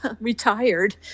retired